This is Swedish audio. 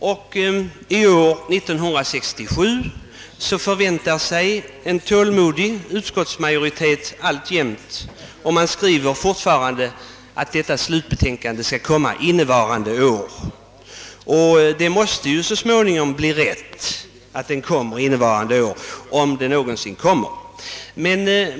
Också i år förväntar sig en tålmodig utskottsmajoritet att slutbetänkandet skall komma att framläggas under »innevarande år». Så småningom måste ju utskottet få rätt i sin förmodan att utredningen kommer under »innevarande år», om den någonsin kommer.